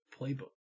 playbook